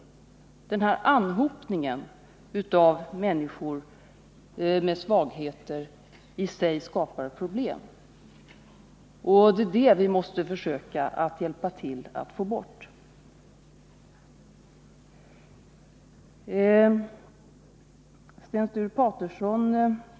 Den här anhopningen av människor med svagheter skapar i sig problem, och det är dem vi måste hjälpa till att försöka få bort.